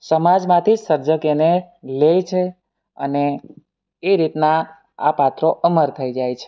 સમાજમાંથી સર્જક એને લે છે અને એ રીતના આ પાત્રો અમર થઈ જાય છે